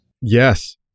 Yes